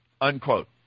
unquote